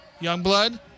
Youngblood